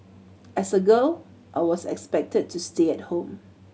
as a girl I was expected to stay at home